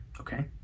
okay